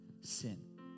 sin